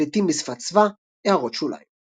תבליטים בשפת סבא == הערות שוליים ==